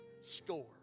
Score